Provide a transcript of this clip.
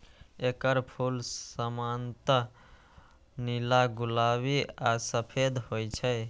एकर फूल सामान्यतः नीला, गुलाबी आ सफेद होइ छै